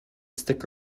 stick